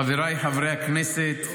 חבריי חברי הכנסת,